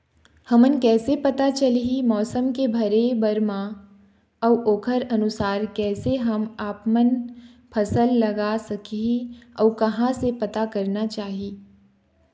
हमन कैसे पता चलही मौसम के भरे बर मा अउ ओकर अनुसार कैसे हम आपमन फसल लगा सकही अउ कहां से पता करना चाही?